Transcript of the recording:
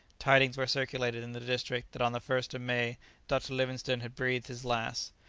tidings were circulated in the district that on the first of may dr. livingstone had breathed his last.